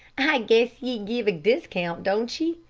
i guess ye give a discount, don't ye?